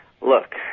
Look